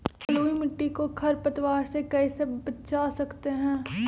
बलुई मिट्टी को खर पतवार से कैसे बच्चा सकते हैँ?